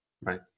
right